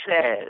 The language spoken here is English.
says